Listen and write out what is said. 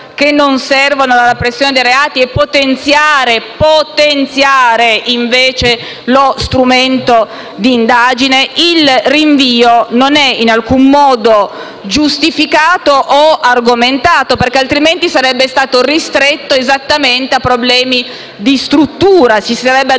che non servono alla repressione dei reati e potenziare invece lo strumento di indagine? Il rinvio non è in alcun modo giustificato o argomentato, perché altrimenti sarebbe stato ristretto esattamente a problemi di struttura. Ci si sarebbe adoperati